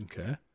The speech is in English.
okay